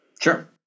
sure